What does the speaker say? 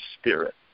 spirit